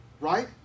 right